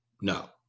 No